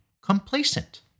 complacent